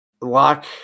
lock